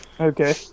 Okay